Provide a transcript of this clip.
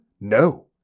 No